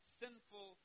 sinful